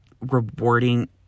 rewarding